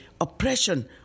oppression